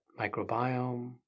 microbiome